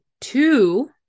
two